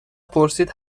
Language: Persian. پرسید